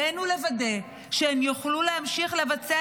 עלינו לוודא שהן יוכלו להמשיך לבצע